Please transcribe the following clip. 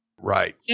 Right